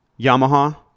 Yamaha